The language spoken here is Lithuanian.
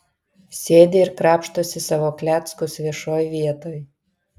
sėdi ir krapštosi savo kleckus viešoj vietoj